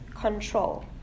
control